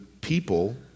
people